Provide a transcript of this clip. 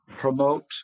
promote